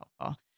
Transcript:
helpful